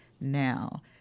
now